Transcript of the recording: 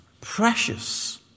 precious